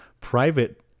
private